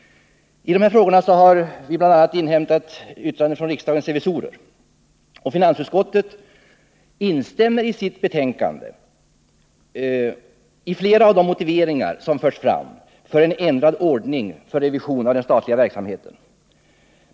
Finansutskottet har inhämtat yttrande från bland andra riksdagens revisorer. Utskottet instämmer i sitt betänkande i flera av de motiveringar som förts fram för en ändrad ordning för revision av den statliga verksamheten.